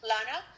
Lana